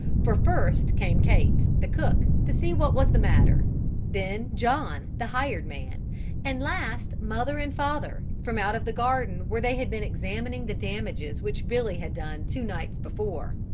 for first came kate, the cook, to see what was the matter then john, the hired man and last mother and father, from out of the garden where they had been examining the damages which billy had done two nights before.